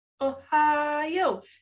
ohio